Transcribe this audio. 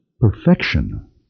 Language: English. perfection